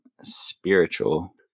spiritual